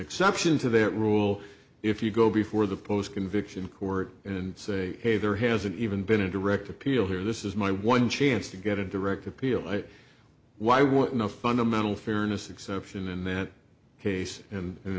exception to that rule if you go before the post conviction court and say hey there hasn't even been a direct appeal here this is my one chance to get a direct appeal why i want no fundamental fairness exception in that case and